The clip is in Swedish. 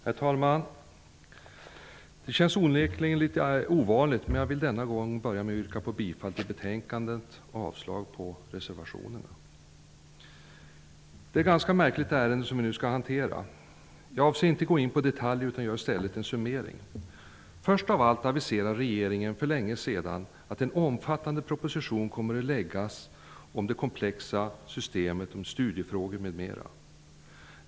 Herr talman! Det känns onekligen litet ovanligt, men jag vill denna gång yrka bifall till hemställan i betänkandet och avslag på reservationerna. Det är ett ganska märkligt ärende som vi nu skall hantera. Jag avser inte att gå in på detaljer utan gör i stället en summering. Först av allt aviserade regeringen för länge sedan att en omfattande proposition skulle läggas fram om det komplexa systemet när det gäller studiefrågor m.m.